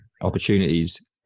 opportunities